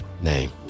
name